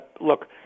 Look